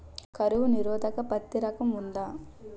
కరువు నిరోధక పత్తి రకం ఉందా?